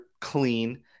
clean